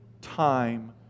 time